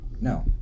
No